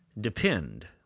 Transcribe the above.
depend